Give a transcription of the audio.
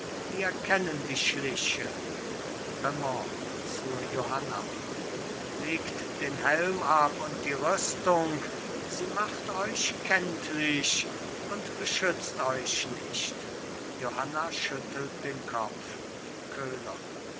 wir kennen die schliche raimond zur johanna legt den helm ab und die rüstung sie macht euch kenntlich und beschützt euch nicht johanna schüttelt den kopf köhler